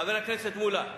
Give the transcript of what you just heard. חבר הכנסת מולה,